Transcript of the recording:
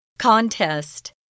Contest